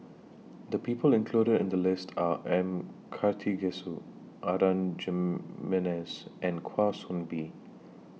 The People included in The list Are M Karthigesu Adan Jimenez and Kwa Soon Bee